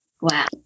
Wow